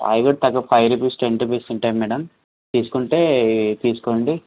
అవ కూడా తక్కువ ఫైవ్ రూపీస్ టెన్ రూపీస్ ఉంటాయి మేడం తీసుకుంటే తీసుకోండి